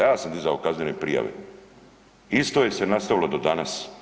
Ja sam dizao kaznene prijave, isto je se nastavilo do danas.